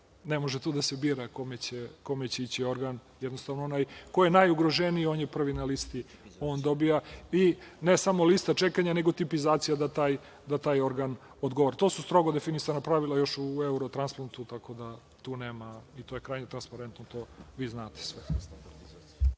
ne može tu da se bira kome će ići organ, jednostavno onaj ko je najugroženiji on je prvi na listi, on dobija, i ne samo lista čekanja, nego tipizacija da taj organ odgovara. To su strogo definisana pravila još u „Eurotransplantu“, to je krajnje transparentno, to vi znate